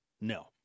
no